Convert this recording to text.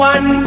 One